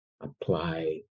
apply